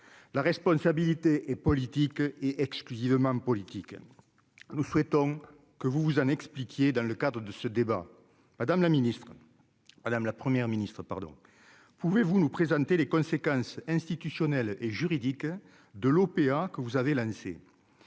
la responsabilité et politique et exclusivement politique, nous souhaitons que vous vous en expliquiez dans le cadre de ce débat, madame la ministre Madame la première ministre pardon, pouvez-vous nous présenter les conséquences institutionnelles et juridiques de l'OPA que vous avez lancé